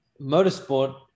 Motorsport